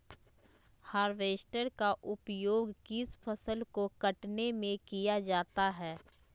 Harvester का उपयोग किस फसल को कटने में किया जाता है?